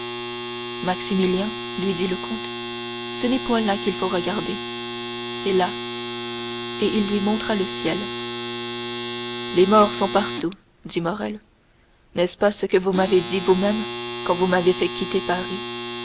maximilien lui dit le comte ce n'est point là qu'il faut regarder c'est là et il lui montra le ciel les morts sont partout dit morrel n'est-ce pas ce que vous m'avez dit vous-même quand vous m'avez fait quitter paris